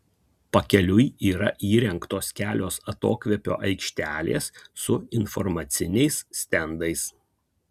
pakeliui yra įrengtos kelios atokvėpio aikštelės su informaciniais stendais